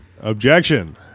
Objection